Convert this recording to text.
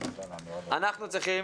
אנחנו צריכים,